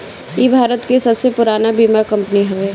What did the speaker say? इ भारत के सबसे पुरान बीमा कंपनी हवे